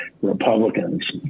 Republicans